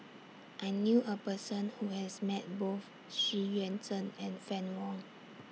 I knew A Person Who has Met Both Xu Yuan Zhen and Fann Wong